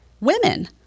women